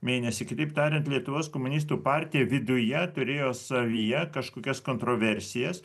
mėnesį kitaip tariant lietuvos komunistų partija viduje turėjo savyje kažkokias kontroversijas